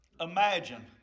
Imagine